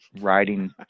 riding